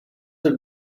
have